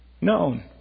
known